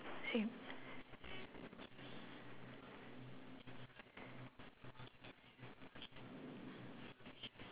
same